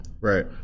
right